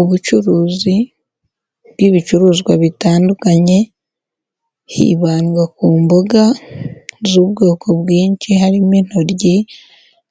Ubucuruzi bw'ibicuruzwa bitandukanye hibandwa ku mbuga z'ubwoko bwinshi, harimo intoryi,